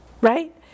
right